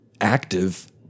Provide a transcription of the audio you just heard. active